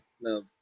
No